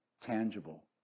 tangible